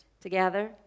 together